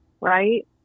Right